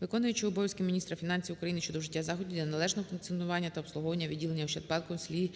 виконуючої обов’язки міністра фінансів України щодо вжиття заходів для належного функціонування та обслуговування відділення Ощадбанку в селі